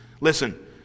Listen